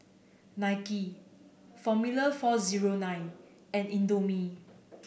Nike Formula four zero nine and Indomie